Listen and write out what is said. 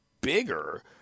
bigger